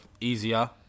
easier